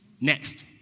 Next